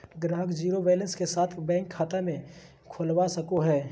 ग्राहक zero balance के साथ बैंक मे खाता खोलवा सको हय